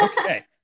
Okay